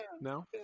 No